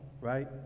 right